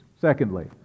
Secondly